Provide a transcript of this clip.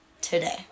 today